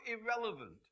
irrelevant